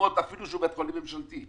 תרומות אפילו שהוא בית חולים ממשלתי.